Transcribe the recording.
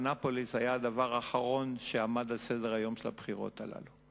אנאפוליס היה הדבר האחרון שעמד על סדר-היום של הבחירות הללו,